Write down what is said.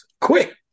quick